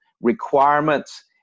requirements